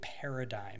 paradigm